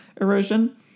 erosion